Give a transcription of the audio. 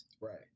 Right